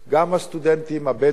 גם הסטודנטים הבדואים,